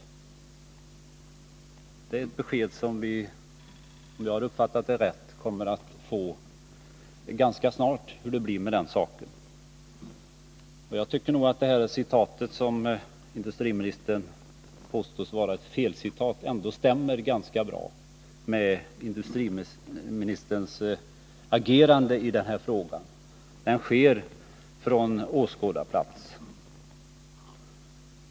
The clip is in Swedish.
Vi kommer att få besked, om jag har uppfattat det rätt, ganska snart om hur det blir med den saken. Jag tycker nog att det citat som industriministern påstår är ett felcitat ändå stämmer ganska bra med industriministerns agerande i den här frågan — det sker från åskådarplats.